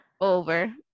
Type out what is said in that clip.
over